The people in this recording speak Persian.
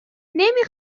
نمی